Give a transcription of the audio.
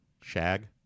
Shag